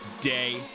day